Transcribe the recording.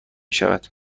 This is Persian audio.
شود